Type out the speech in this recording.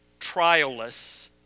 trialless